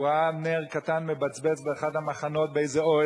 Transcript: והוא ראה נר קטן מבצבץ באחד המחנות באיזה אוהל.